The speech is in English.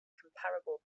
comparable